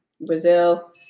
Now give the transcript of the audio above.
Brazil